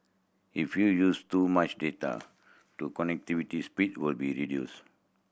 if you use too much data your connectivity speed will be reduced